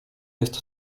jest